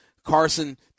Carson